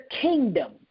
kingdom